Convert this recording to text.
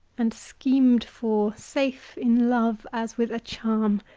and schemed for, safe in love as with a charm